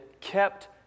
kept